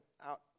out